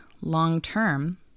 long-term